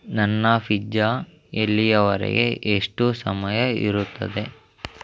ನನ್ನ ಫಿಜ್ಜಾ ಎಲ್ಲಿಯವರೆಗೆ ಎಷ್ಟು ಸಮಯ ಇರುತ್ತದೆ